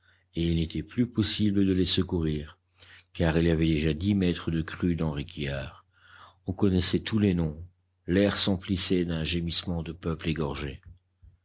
et il n'était plus possible de les secourir car il y avait déjà dix mètres de crue dans réquillart on connaissait tous les noms l'air s'emplissait d'un gémissement de peuple égorgé